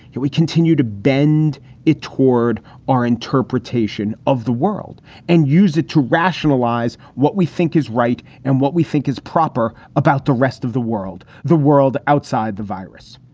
we continue to bend it toward our interpretation of the world and use it to rationalize what we think is right and what we think is proper about the rest of the world. the world outside the virus,